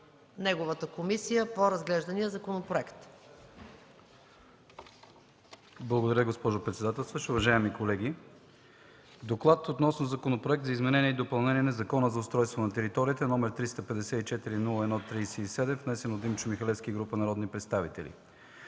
неговата комисия по разглеждания законопроект. ДОКЛАДЧИК ДИМЧО МИХАЛЕВСКИ: Благодаря, госпожо председателстващ. Уважаеми колеги, „ДОКЛАД относно Законопроект за изменение и допълнение на Закона за устройство на територията, № 354-01-37, внесен от Димчо Михалевски и група народни представители